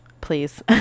please